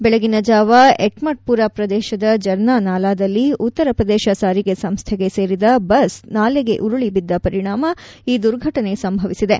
ಬೆಳಗಾನ ಝಾವ ಎಟ್ಟಡ್ ಪುರ ಪ್ರದೇಶದ ಜರ್ನಾ ನಾಲಾದಲ್ಲಿ ಉತ್ತರ ಪ್ರದೇಶ ಸಾರಿಗೆ ಸಂಸ್ಥೆಗೆ ಸೇರಿದ ಬಸ್ ನಾಲೆಗೆ ಉರುಳಿ ಬಿದ್ದ ಪರಿಣಾಮ ಈ ದುರ್ಘಟನೆ ಸಂಭವಿಸಿದೆ